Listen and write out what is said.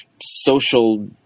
social